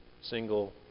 single